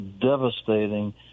devastating